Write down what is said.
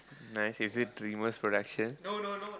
nice is it dreamworks production